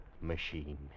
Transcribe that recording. machine